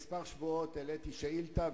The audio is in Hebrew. כמה שבועות העליתי שאילתא,